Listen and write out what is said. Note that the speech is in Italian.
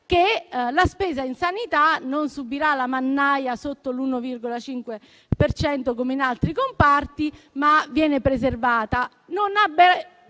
che la spesa in sanità non subirà la mannaia sotto l'1,5 per cento, come in altri comparti, ma viene preservata.